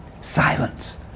Silence